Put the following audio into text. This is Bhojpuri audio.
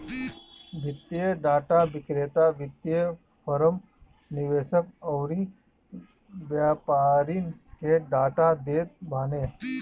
वित्तीय डाटा विक्रेता वित्तीय फ़रम, निवेशक अउरी व्यापारिन के डाटा देत बाने